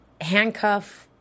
handcuff